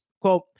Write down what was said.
Quote